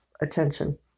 attention